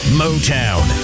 motown